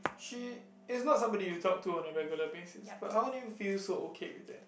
she is not somebody you talk to on a regular basis but how do you feel so okay with that